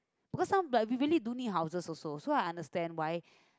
because some like we really don't need houses also so I understand why